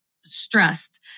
stressed